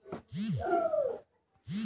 Gold bond खातिर आवेदन कैसे दिही?